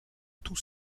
tout